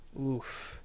Oof